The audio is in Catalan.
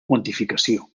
quantificació